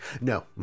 No